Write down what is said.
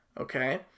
Okay